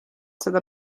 seda